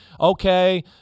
okay